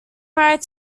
married